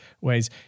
ways